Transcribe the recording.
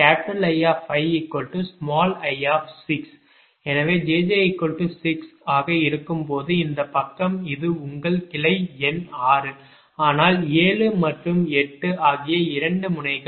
எனவே jj6 ஆக இருக்கும்போது இந்தப் பக்கம் இது உங்கள் கிளை எண் 6 ஆனால் 7 மற்றும் 8 ஆகிய 2 முனைகள் உள்ளன